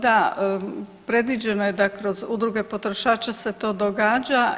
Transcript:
Da, predviđeno da je kroz udruge potrošača se to događa.